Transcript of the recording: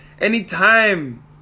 anytime